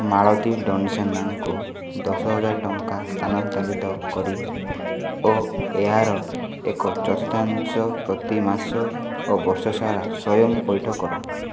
ମାଳତୀ ଦଣ୍ଡସେନାଙ୍କୁ ଦଶ ହଜାର ଟଙ୍କା ସ୍ଥାନାନ୍ତରିତ କରି ଓ ଏହାର ଏକ ଚତୁର୍ଥାଂଶ ପ୍ରତିମାସ ଓ ବର୍ଷ ସାରା ସ୍ଵୟଂ ପଇଠ କର